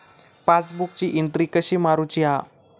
पासबुकाची एन्ट्री कशी मारुची हा?